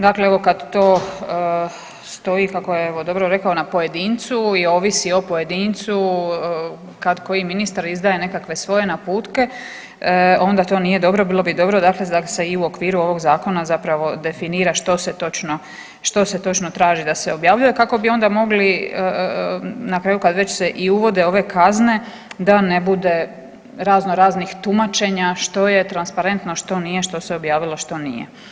Dakle, evo kad to stoji kako je evo dobro rekao na pojedincu i ovisi o pojedincu kad koji ministar izdaje nekakve svoje naputke onda to nije dobro, bilo bi dobro dakle da se i u okviru ovog zakona zapravo definira što se točno, što se točno traži da se objavljuje kako bi onda mogli na kraju kad već se i uvode ove kazne da ne bude razno raznih tumačenja što je transparentno a što nije, što se objavilo što nije.